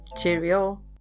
Cheerio